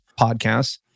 podcasts